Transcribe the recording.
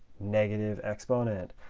negative exponent.